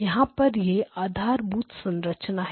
यहां पर यह आधारभूत संरचना है